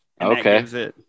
Okay